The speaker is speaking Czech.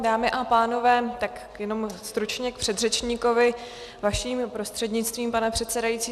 Dámy a pánové, tak jenom stručně k předřečníkovi, vaším prostřednictvím, pane předsedající.